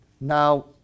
Now